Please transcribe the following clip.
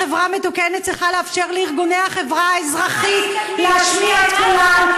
חברה מתוקנת צריכה לאפשר לארגוני החברה האזרחית להשמיע את קולם,